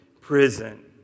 prison